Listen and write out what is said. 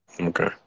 okay